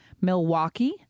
Milwaukee